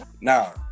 Now